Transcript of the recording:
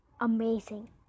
amazing